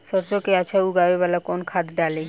सरसो के अच्छा उगावेला कवन खाद्य डाली?